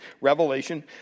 Revelation